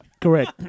Correct